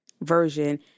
version